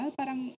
parang